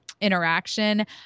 Interaction